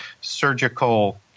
surgical